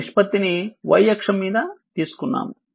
ఈ నిష్పత్తి ని y అక్షం మీద తీసుకున్నాము